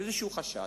איזשהו חשד,